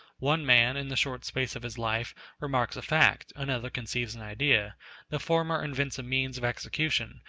one man, in the short space of his life remarks a fact another conceives an idea the former invents a means of execution,